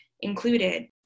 included